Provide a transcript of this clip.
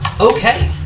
Okay